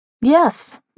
Yes